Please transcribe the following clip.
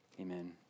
Amen